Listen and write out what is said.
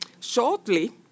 Shortly